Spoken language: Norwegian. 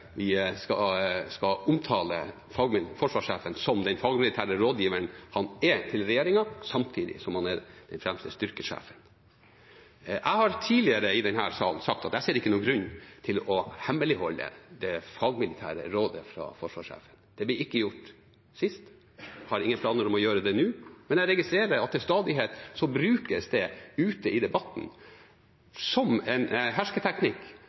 skal omtale forsvarssjefen som den fagmilitære rådgiveren han er for regjeringen, samtidig som han er den fremste styrkesjef. Jeg har tidligere i denne salen sagt at jeg ikke ser noen grunn til å hemmeligholde det fagmilitære rådet fra forsvarssjefen. Det ble ikke gjort sist, jeg har ingen planer om å gjøre det nå. Men jeg registrerer at det til stadighet brukes ute i debatten som en hersketeknikk